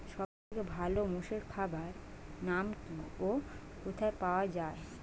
সব থেকে ভালো মোষের খাবার নাম কি ও কোথায় পাওয়া যায়?